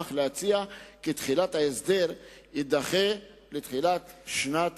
אך להציע כי תחילת ההסדר תידחה לתחילת שנת